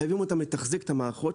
מחייבים אותם לתחזק את המערכות,